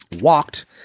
walked